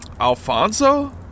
Alfonso